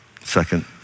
Second